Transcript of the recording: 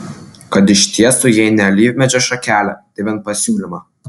kad ištiestų jei ne alyvmedžio šakelę tai bent pasiūlymą